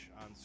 on